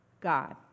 God